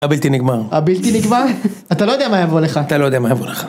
הבלתי נגמר הבלתי נגמר אתה לא יודע מה יבוא לך אתה לא יודע מה יבוא לך.